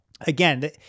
again